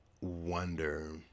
wonder